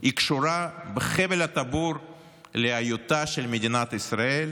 קשורה בחבל הטבור להיותה של מדינת ישראל